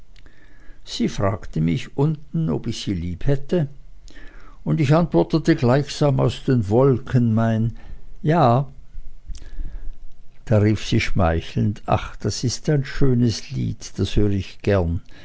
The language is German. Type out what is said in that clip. sie fragte mich unten ob ich sie liebhätte und ich antwortete gleichsam aus den wolken mein ja da rief sie schmeichelnd ach das ist ein schönes lied das hör ich gern